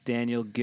Daniel